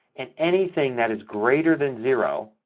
and anything that is greater than zero,